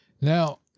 now